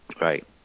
right